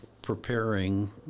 preparing